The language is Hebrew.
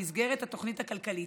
במסגרת התוכנית הכלכלית,